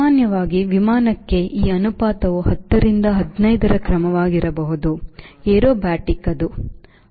ಸಾಮಾನ್ಯವಾಗಿ ವಿಮಾನಕ್ಕೆ ಈ ಅನುಪಾತವು 10 ರಿಂದ 15 ರ ಕ್ರಮವಾಗಿರಬಹುದು ಏರೋಬ್ಯಾಟಿಕ್ಗೆ ಅದು 6